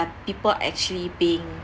people actually being